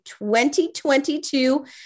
2022